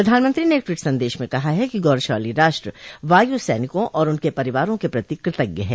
प्रधानमंत्री ने एक ट्वीट संदेश में कहा है कि गौरवशाली राष्ट्र वायू सैनिकों और उनके परिवारों के प्रति कृतज्ञ है